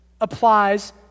applies